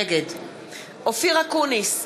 נגד אופיר אקוניס,